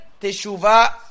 teshuvah